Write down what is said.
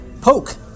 poke